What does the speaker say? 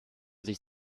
sich